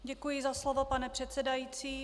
Děkuji za slovo, pane předsedající.